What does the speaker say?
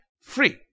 free